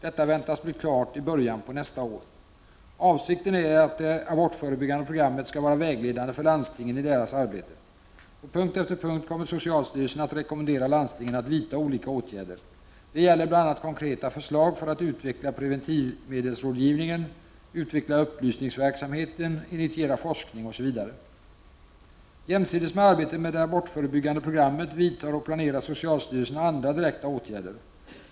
Detta väntas bli klart i början på nästa år. Avsikten är att det abortförebyggande programmet skall vara vägledande för landstingen i deras arbete. På punkt efter punkt kommer socialstyrelsen att rekommendera landstingen att vidta olika åtgärder. Det gäller bl.a. konkreta förslag för att utveckla preventivmedelsrådgivningen, utveckla upplysningsverksamheten, initiera forskning osv. Jämsides med arbetet med det abortförebyggande programmet vidtar och planerar socialstyrelsen andra direkta åtgärder.